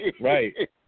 Right